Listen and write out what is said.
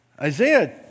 Isaiah